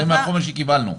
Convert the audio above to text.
זה מהחומר שקיבלנו.